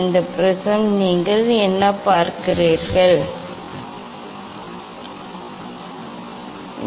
இந்த ப்ரிஸில் நீங்கள் என்ன பார்க்கிறீர்கள் என்பது முக்கோண ப்ரிஸம் என்பதை நான் உங்களுக்கு சொல்கிறேன்